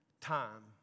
Time